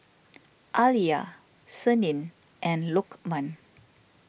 Alya Senin and Lokman